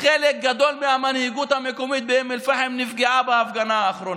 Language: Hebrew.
חלק גדול מהמנהיגות המקומית באום אל-פחם נפגעה בהפגנה האחרונה.